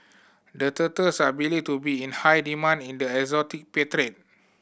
the turtles are believed to be in high demand in the exotic pet trade